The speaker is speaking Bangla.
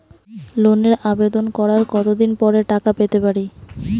লোনের আবেদন করার কত দিন পরে টাকা পেতে পারি?